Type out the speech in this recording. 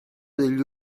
degli